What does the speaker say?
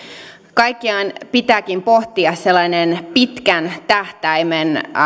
kaikkiaan pitääkin pohtia sellainen pitkän tähtäimen